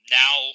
now